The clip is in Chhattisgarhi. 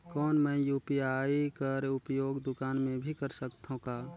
कौन मै यू.पी.आई कर उपयोग दुकान मे भी कर सकथव का?